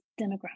demographic